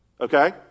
okay